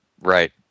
Right